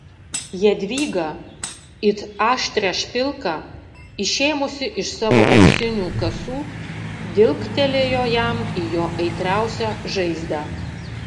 jadvyga it aštrią špilką išėmusi iš savo auksinių kasų dilgtelėjo jam į jo aitriausią žaizdą